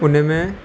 उनमें